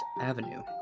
Avenue